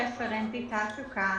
אני רפרנטית תעסוקה